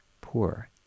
poor